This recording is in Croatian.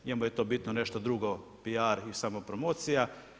Njemu je to bitno nešto drugo PR i samopromocija.